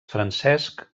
francesc